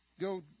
go